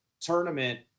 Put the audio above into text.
tournament